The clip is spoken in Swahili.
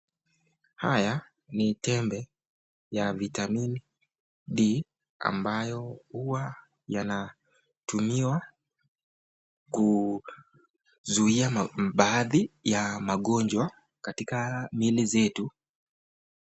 Haya ni tembe ya vitamin D ambayo huwa yanatumiwa kuzuia baadhi ya magonjwa katika mili zetu.